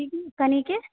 कनिके